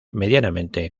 medianamente